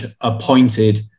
appointed